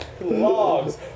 Logs